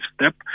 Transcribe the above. step